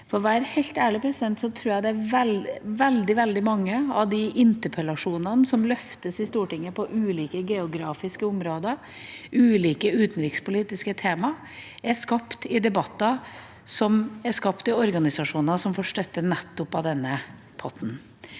For å være helt ærlig tror jeg at veldig mange av de interpellasjonene som løftes fram i Stortinget innenfor ulike geografiske områder og ulike utenrikspolitiske tema, er skapt i debatter som er skapt i organisasjoner som får støtte nettopp av denne potten.